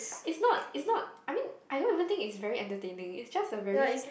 it's not it's not I mean I don't even think it's very entertaining it's just a very